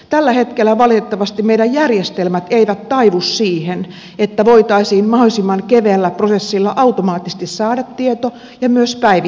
tällä hetkellä valitettavasti meidän järjestelmämme eivät taivu siihen että voitaisiin mahdollisimman keveällä prosessilla automaattisesti saada tieto ja myös päivittää se